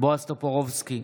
בועז טופורובסקי,